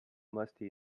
musty